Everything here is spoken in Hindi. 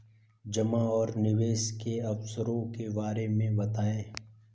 जमा और निवेश के अवसरों के बारे में बताएँ?